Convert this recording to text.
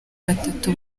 batatu